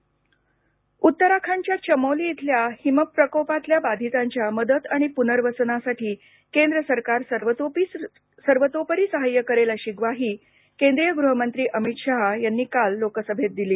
उत्तराखंड अमित शहा उत्तराखंडच्या चमोली इथल्या हिमप्रकोपातल्या बाधितांच्या मदत आणि पुनर्वसनासाठी केंद्र सरकार सर्वतोपरी सहाय्य करेल अशी ग्वाही केंद्रीय गृहमंत्री अमित शहा यांनी काल लोकसभेत दिली